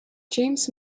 james